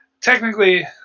technically